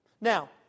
Now